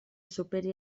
superi